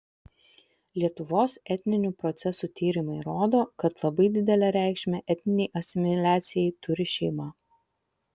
lietuvos etninių procesų tyrimai rodo kad labai didelę reikšmę etninei asimiliacijai turi šeima